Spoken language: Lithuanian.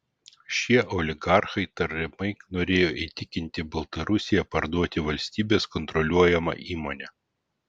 šie oligarchai tariamai norėjo įtikinti baltarusiją parduoti valstybės kontroliuojamą įmonę